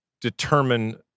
determine